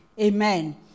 amen